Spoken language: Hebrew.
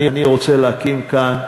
אני רוצה להקים כאן,